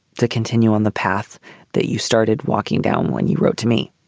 to continue on the path that you started walking down when you wrote to me,